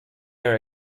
are